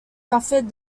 suffered